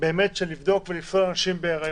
של לבדוק ולפסול נשים בהיריון.